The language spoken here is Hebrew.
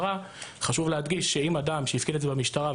חשוב להדגיש שאם אדם הפקיד את זה במשטרה,